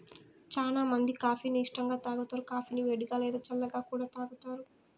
చానా మంది కాఫీ ని ఇష్టంగా తాగుతారు, కాఫీని వేడిగా, లేదా చల్లగా కూడా తాగుతారు